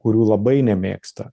kurių labai nemėgsta